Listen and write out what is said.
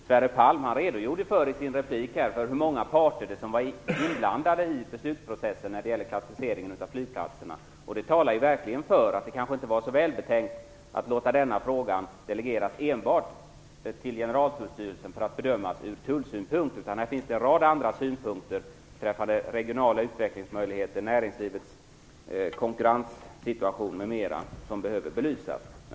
Sverre Palm redogjorde i sin replik för hur många parter som var inblandade i beslutsprocessen när det gäller klassificeringen av flygplatserna, och det talar verkligen för att det kanske inte var så välbetänkt att låta frågan delegeras enbart till Generaltullstyrelsen för att bedömas ur tullsynpunkt. Här finns en rad andra synpunkter, beträffande regionala utvecklingsmöjligheter, näringslivets konkurrenssituation m.m., som behöver belysas.